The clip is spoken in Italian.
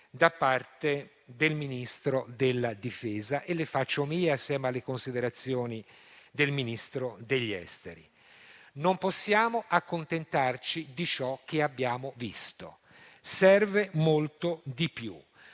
da parte del Ministro della difesa. Le faccio mie insieme alle considerazioni del Ministro degli esteri. Non possiamo accontentarci di ciò che abbiamo visto. Serve molto di più.